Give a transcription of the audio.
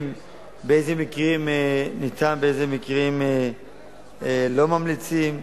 באיזה מקרים ניתן ובאיזה מקרים לא ממליצים.